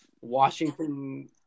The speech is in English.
Washington